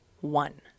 one